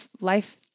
Life